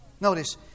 Notice